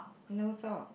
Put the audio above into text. no sock